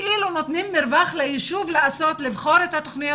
כאילו נותנים מרווח ליישוב לבחור את התוכניות